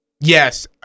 Yes